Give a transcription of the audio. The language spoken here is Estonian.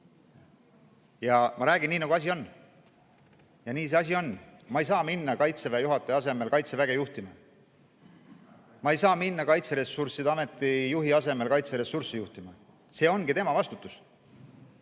Ma räägin nii, nagu asi on. Ja nii see asi on. Ma ei saa minna Kaitseväe juhataja asemel Kaitseväge juhtima. Ma ei saa minna Kaitseressursside Ameti juhi asemel kaitseressursse juhtima. See on tema vastutus.